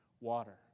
water